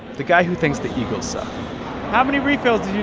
the guy who thinks the eagles suck how many refills did you